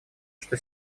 что